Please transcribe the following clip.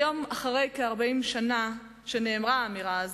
היום, כ-40 שנה אחרי שנאמרה האמירה הזאת,